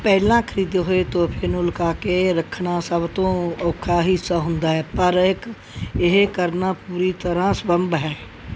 ਪਹਿਲਾਂ ਖਰੀਦੇ ਹੋਏ ਤੋਹਫ਼ੇ ਨੂੰ ਲੁਕਾ ਕੇ ਰੱਖਣਾ ਸਭ ਤੋਂ ਔਖਾ ਹਿੱਸਾ ਹੁੰਦਾ ਹੈ ਪਰ ਇੱਕ ਇਹ ਕਰਨਾ ਪੂਰੀ ਤਰ੍ਹਾਂ ਸੰਭਵ ਹੈ